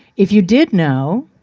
if you did know,